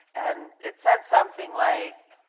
and it said something like